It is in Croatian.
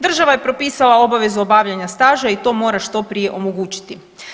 Država je propisala obavezu obavljanja staža i to mora što prije omogućiti.